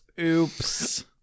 oops